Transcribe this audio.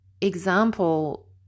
example